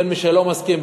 בין מי שלא מסכים,